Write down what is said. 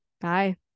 Bye